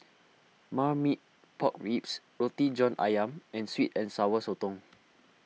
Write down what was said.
Marmite Pork Ribs Roti John Ayam and Sweet and Sour Sotong